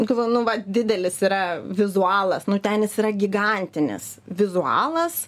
galvoju nu vat didelis yra vizualas nu ten jis yra gigantinis vizualas